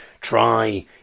try